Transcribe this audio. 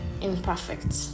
imperfect